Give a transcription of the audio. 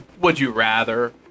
would-you-rather